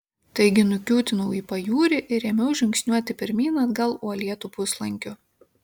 taigi nukiūtinau į pajūrį ir ėmiau žingsniuoti pirmyn atgal uolėtu puslankiu